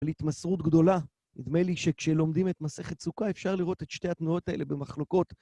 על התמסרות גדולה, נדמה לי שכשלומדים את מסכת סוכה אפשר לראות את שתי התנועות האלה במחלוקות